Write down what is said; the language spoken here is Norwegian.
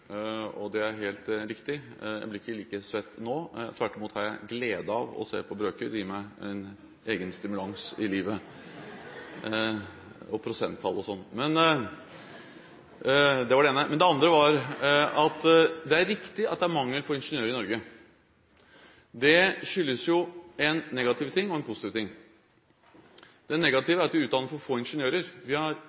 og det er helt riktig. Jeg blir ikke like svett nå, tvert imot har jeg glede av å se på brøker – og prosenttall og sånn. Det gir meg en egen stimulans i livet. Det var det ene. Det andre er at det er riktig at det er mangel på ingeniører i Norge. Det skyldes en negativ ting og en positiv ting. Det negative er at vi utdanner for få ingeniører. Vi har